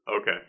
Okay